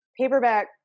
paperback